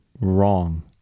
wrong